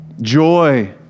joy